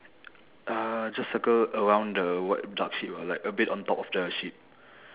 uh just circle around the white dark sheep ah like a bit on top of the sheep